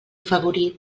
favorit